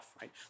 right